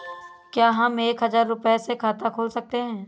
क्या हम एक हजार रुपये से खाता खोल सकते हैं?